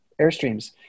Airstreams